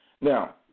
Now